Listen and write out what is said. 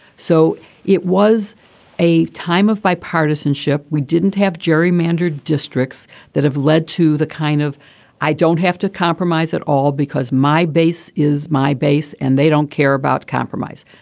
so it was a time of bipartisanship. we didn't have gerrymandered districts that have led to the kind of i don't have to compromise at all because my base is my base and they don't care about compromise.